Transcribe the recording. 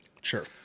Sure